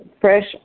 fresh